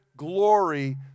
Glory